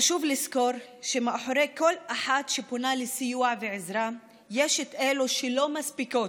חשוב לזכור שמאחורי כל אחת שפונה לסיוע ולעזרה יש את אלה שלא מספיקות,